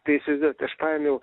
tai įsivaizduojat aš paėmiau